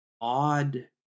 odd